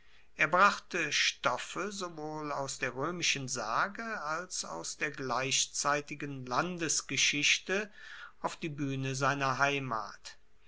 er brachte stoffe sowohl aus der roemischen sage als aus der gleichzeitigen landesgeschichte auf die buehne seiner heimat